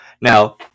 Now